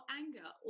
anger